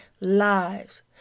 lives